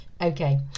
Okay